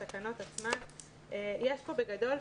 בגדול,